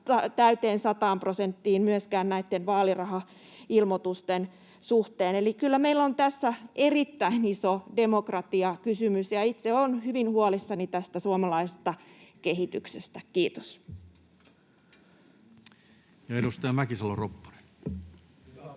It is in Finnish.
täyteen sataan prosenttiin myöskään näitten vaalirahailmoitusten suhteen. Eli kyllä meillä on tässä erittäin iso demokratiakysymys, ja itse olen hyvin huolissani tästä suomalaisesta kehityksestä. — Kiitos. [Sebastian Tynkkynen: